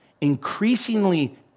increasingly